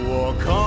Walk